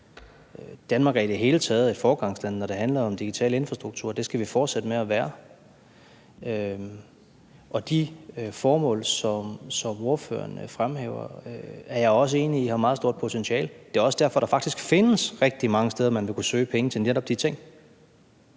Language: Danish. Danmark er i det hele taget et foregangsland, når det handler om digital infrastruktur. Det skal vi fortsætte med at være. Og de formål, som ordføreren fremhæver, er jeg også enig i har meget stort potentiale. Det er også derfor, at der faktisk findes rigtig mange steder, man vil kunne søge penge til netop de ting.